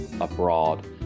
abroad